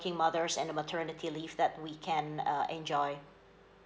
mothers and the maternity leave that we can uh enjoy